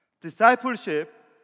Discipleship